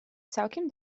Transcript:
całkiem